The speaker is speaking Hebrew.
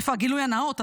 איפה הגילוי הנאות?